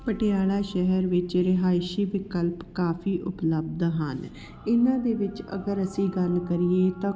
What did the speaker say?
ਪਟਿਆਲਾ ਸ਼ਹਿਰ ਵਿੱਚ ਰਿਹਾਇਸ਼ੀ ਵਿਕਲਪ ਕਾਫੀ ਉਪਲਬਧ ਹਨ ਇਹਨਾਂ ਦੇ ਵਿੱਚ ਅਗਰ ਅਸੀਂ ਗੱਲ ਕਰੀਏ ਤਾਂ